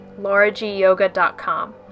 lauragyoga.com